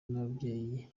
n’ababyeyi